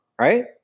right